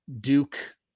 Duke